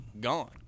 gone